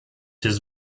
his